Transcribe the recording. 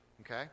Okay